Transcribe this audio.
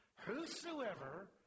whosoever